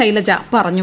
ശൈലജ പറഞ്ഞു